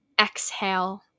exhale